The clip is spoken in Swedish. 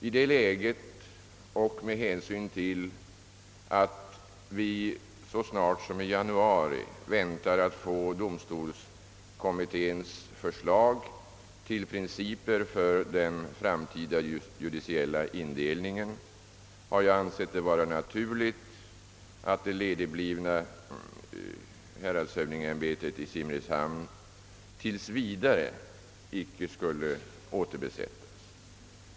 I det läget och med hänsyn till att vi så snart som i januari 1967 väntar att få domstolskommitténs förslag till principer för den framtida judiciella indelningen har jag ansett det vara naturligt att det ledigblivna häradshövdingämbetet i Simrishamn tills vidare icke skulle återbesättas.